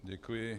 Děkuji.